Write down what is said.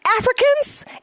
Africans